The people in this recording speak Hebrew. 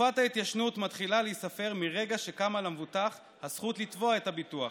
תקופת ההתיישנות מתחילה להיספר מרגע שקמה למבוטח הזכות לתבוע את הביטוח,